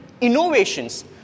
Innovations